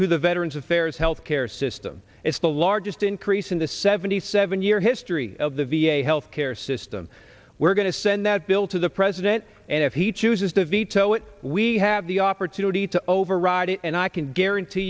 to the veterans affairs health care system it's the largest increase in the seventy seven year history of the v a health care system we're going to send that bill to the president and if he chooses to veto it we have the opportunity to override it and i can guarantee